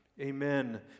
Amen